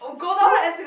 so